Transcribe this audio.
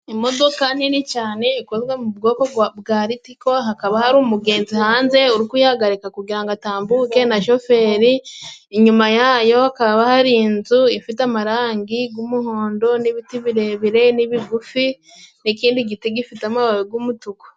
Imodoka nini cane ikozwe mu bwoko bwa litiko hakaba hari umugenzi hanze urikuyihagarika kugira ngo atambuke na shoferi ,inyuma yayo hakaba hari inzu ifite amarangi g' umuhondo n'ibiti birebire n'ibigufi n'ikindi giti gifite amababi g' umutuku.